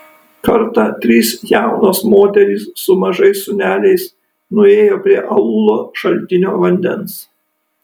kartą trys jaunos moterys su mažais sūneliais nuėjo prie aūlo šaltinio vandens